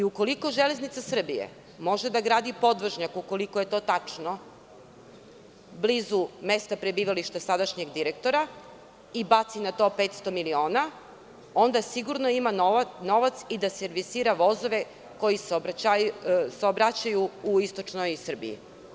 Ukoliko „Železnica Srbije“ može da gradi podvožnjak, ukoliko je to tačno, blizu mesta prebivališta sadašnjeg direktora i baci na to 500 miliona, onda sigurno ima novac i da servisira vozove koji saobraćaju u istočnoj Srbiji.